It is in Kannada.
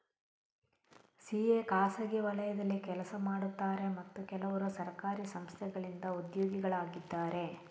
ಸಿ.ಎ ಖಾಸಗಿ ವಲಯದಲ್ಲಿ ಕೆಲಸ ಮಾಡುತ್ತಾರೆ ಮತ್ತು ಕೆಲವರು ಸರ್ಕಾರಿ ಸಂಸ್ಥೆಗಳಿಂದ ಉದ್ಯೋಗಿಗಳಾಗಿದ್ದಾರೆ